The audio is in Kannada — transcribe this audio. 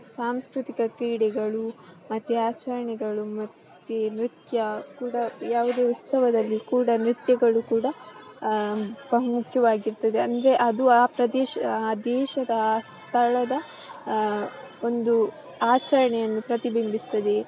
ಸಾಂಸ್ಕೃತಿಕ ಕ್ರೀಡೆಗಳು ಮತ್ತೆ ಆಚರಣೆಗಳು ಮತ್ತೆ ನೃತ್ಯ ಕೂಡ ಯಾವುದೆ ಉತ್ಸವದಲ್ಲಿ ಕೂಡ ನೃತ್ಯಗಳು ಕೂಡ ಬಹುಮುಖ್ಯವಾಗಿರ್ತದೆ ಅಂದರೆ ಅದು ಆ ಪ್ರದೇಶ ಆ ದೇಶದ ಆ ಸ್ಥಳದ ಒಂದು ಆಚರಣೆಯನ್ನು ಪ್ರತಿಬಿಂಬಿಸ್ತದೆ